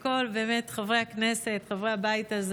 אני רוצה לאחל לכל חברי הכנסת חברי הבית הזה